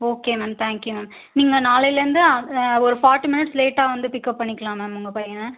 okay ma'am thank you ma'am நீங்கள் நாளையிலேர்ந்து ஆ ஒரு ஃபாட்டி மினிட்ஸ் லேட்டாக வந்து பிக்கப் பண்ணிக்கலாம் மேம் உங்கள் பையனை